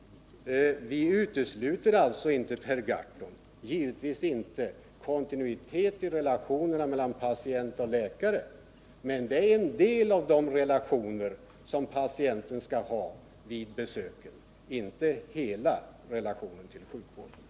Vi utesluter alltså inte — givetvis inte! — kontinuitet i relationerna mellan patient och läkare, Per Gahrton, men det är en del av de relationer som patienten skall ha vid besöken; inte hela relationen till sjukvården.